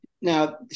Now